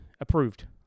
Approved